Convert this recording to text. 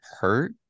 hurt